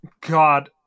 God